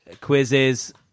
Quizzes